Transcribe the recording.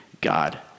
God